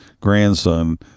grandson